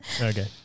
Okay